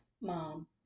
mom